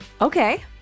Okay